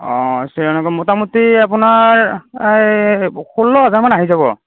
অ মোটামুটি আপোনাৰ এই ষোল্ল হেজাৰমান আহি যাব